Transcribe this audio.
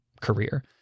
career